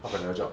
half of the job